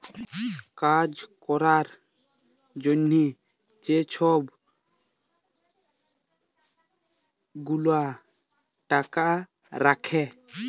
কাজ ক্যরার জ্যনহে যে ছব গুলা টাকা রাখ্যে